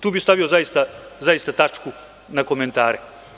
Tu bih stavio tačku na komentare.